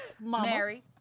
Mary